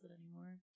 anymore